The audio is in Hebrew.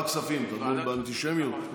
מה כספים, תדון באנטישמיות?